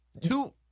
two